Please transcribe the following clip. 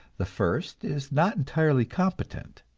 the first is not entirely competent,